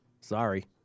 Sorry